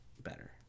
better